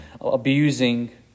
abusing